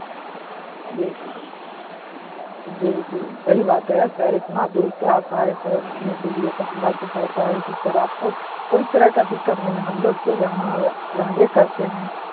जी जी जी जी जी सही बात है सर इतना दूर से आप आए सर घूमने के लिए तो हमरा तो होता है कि सर आपको कोई तरह का दिक्कत नहीं हमलोग तो यहाँ रहबे करते हैं